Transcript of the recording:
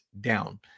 down